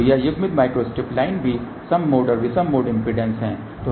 तो ये युग्मित माइक्रोस्ट्रिप लाइन भी सम मोड और विषम मोड इम्पीडेन्स हैं